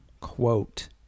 quote